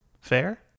Fair